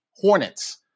Hornets